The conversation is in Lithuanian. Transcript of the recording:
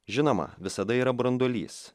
žinoma visada yra branduolys